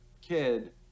kid